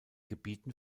gebieten